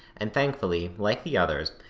and thankfully, like the others,